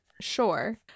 Sure